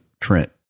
Trent